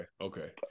Okay